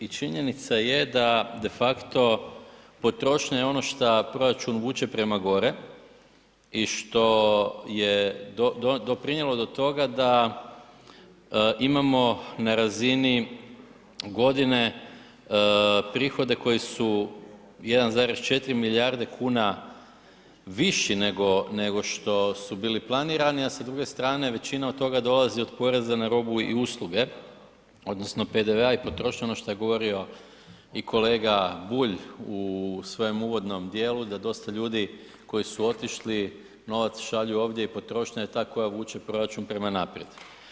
I činjenica je da de facto potrošnja je ono šta proračun vuče prema gore i što je doprinijelo do toga da imamo na razini godine prihode koji su 1,4 milijarde kuna viši nego što su bili planirani, a sa druge strane većina od toga dolazi od poreza na robu i usluge odnosno PDV-a i potrošnje, ono što je govorio i kolega Bulj u svojem uvodnom dijelu da dosta ljudi koji su otišli novac šalju ovdje i potrošnja je ta koja vuče proračun prema naprijed.